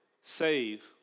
save